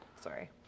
sorry